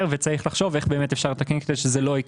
וצריך לחשוב איך אפשר לתקן את זה כדי שזה לא יקרה.